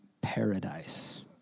paradise